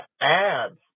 ads